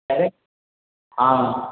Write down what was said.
யார் ஆ